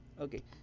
Okay